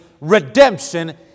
redemption